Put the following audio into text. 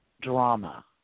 drama